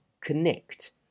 connect